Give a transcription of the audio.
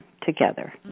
together